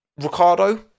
Ricardo